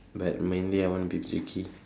but mainly I want to be picky